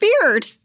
beard